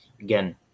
again